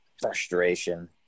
frustration